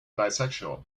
bisexual